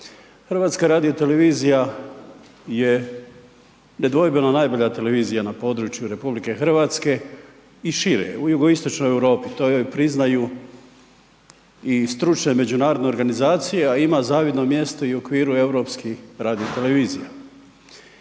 Hrvatska radio televizija je nedvojbeno najbolja televizija na području Republike Hrvatske i šire, u jugoistočnoj Europi, to joj priznaju i stručne međunarodne organizacije, a ima zavidno mjesto i u okviru europskih radio televizija.